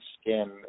skin